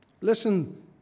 Listen